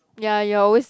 ya you always